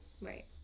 right